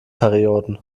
perioden